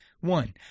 One